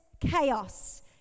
chaos